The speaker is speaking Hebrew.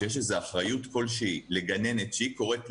שיש איזו אחריות כלשהי לגננת כשהיא קוראת למישהו.